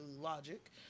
logic